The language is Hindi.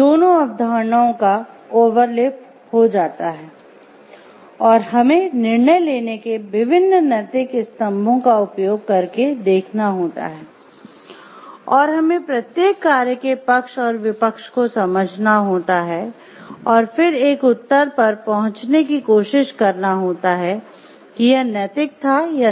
दोनों अवधारणाओं का ओवरलैप हो जाता है और हमें निर्णय लेने के विभिन्न नैतिक स्तंभों का उपयोग करके देखना होता है और हमें प्रत्येक कार्य के पक्ष और विपक्ष को समझना होता है और फिर एक उत्तर पर पहुंचने की कोशिश करना होता है कि यह नैतिक था या नहीं